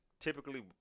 typically